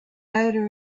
odor